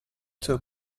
two